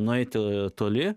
nueiti toli